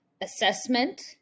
assessment